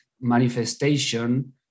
manifestation